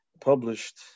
published